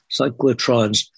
cyclotrons